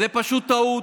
זה פשוט טעות.